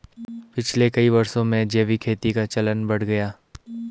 पिछले कई वर्षों में जैविक खेती का चलन बढ़ गया है